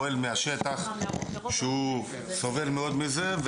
פועל מהשטח שהוא סובל מאוד מזה.